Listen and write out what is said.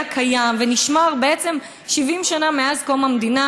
קיים ונשמר בעצם 70 שנה מאז קום המדינה,